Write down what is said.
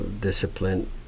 discipline